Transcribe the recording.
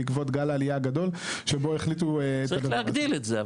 בעקבות גל העלייה הגדול שבו החליטו --- צריך להגדיל את זה.